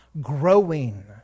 growing